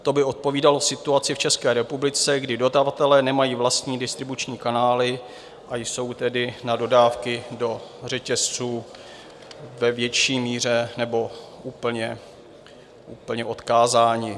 To by odpovídalo situaci v České republice, kdy dodavatelé nemají vlastní distribuční kanály, a jsou tedy na dodávky do řetězců ve větší míře nebo úplně odkázáni.